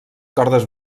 cordes